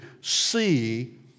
see